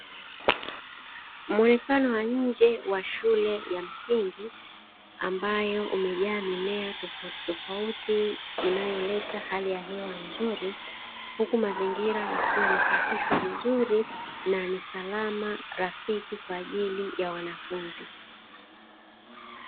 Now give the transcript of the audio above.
Muonekano wa nje wa shule ya msingi, ambayo umejaa mimea tofauti tofauti inayoleta hali ya hewa nzuri huku mazingira yakiwa yamesafishwa vizuri na ni salama, rafiki kwa ajili ya wanafunzi.